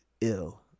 ill